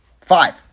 five